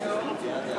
ההצעה להסיר